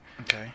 Okay